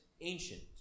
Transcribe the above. ancient